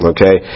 Okay